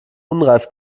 unreif